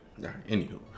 Anywho